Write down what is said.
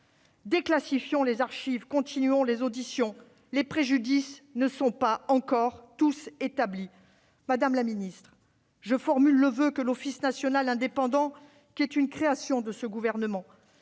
Déclassifions les archives, continuons les auditions : les préjudices ne sont pas encore tous établis. Madame la ministre, je forme le voeu que l'office national indépendant, création de ce gouvernement,